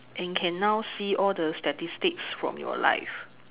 and can now see all the statistics from your life